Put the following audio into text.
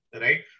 right